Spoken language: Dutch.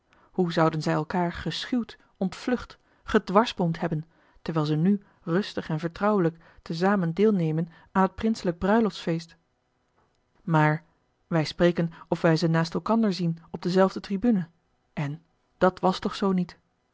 hoe zouden zij elkaâr geschuwd ontvlucht gedwarsboomd hebben terwijl ze nu rustig en vertrouwelijk te zamen deel nemen aan het prinselijk bruiloftsfeest maar wij spreken of wij ze naast elkander zien op dezelfde tribune en dat was toch zoo niet